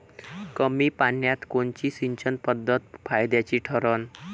कमी पान्यात कोनची सिंचन पद्धत फायद्याची ठरन?